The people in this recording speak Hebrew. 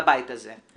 לבית הזה,